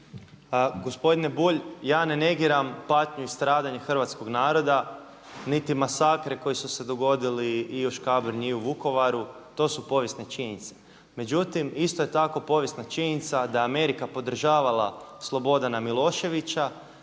gospodine Bulj, ja ne negiram patnju i stradanje hrvatskog naroda niti masakre koji su se dogodili i u Škabrnji i u Vukovaru, to su povijesne činjenice. Međutim, isto je tako povijesna činjenica da je Amerika podržavala Slobodana Miloševića.